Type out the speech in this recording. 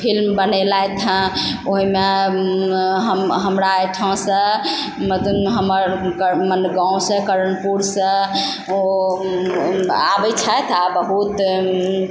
film बनेलथि हइ ओइमे हम हमरा अइ ठाँसँ हमर मने गाँवसँ कर्णपुरसँ ओ आबय छथि आओर बहुत